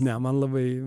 ne man labai